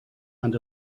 and